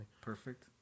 Perfect